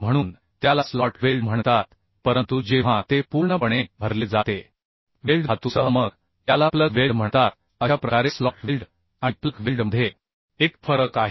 म्हणून त्याला slot weld म्हणतात परंतु जेव्हा ते पूर्णपणे भरले जाते वेल्ड धातूसह मग याला प्लग वेल्ड म्हणतात अशा प्रकारे स्लॉट वेल्ड आणि प्लग वेल्ड मध्ये एक फरक आहे